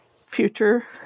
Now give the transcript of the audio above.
future